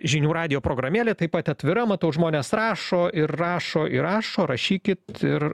žinių radijo programėlė taip pat atvira matau žmonės rašo ir rašo ir rašo rašykit ir